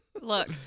Look